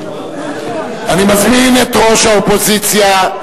אני מזמין את ראש האופוזיציה,